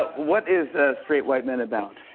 what is straight white men about?